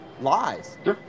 lies